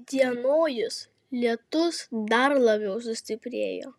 įdienojus lietus dar labiau sustiprėjo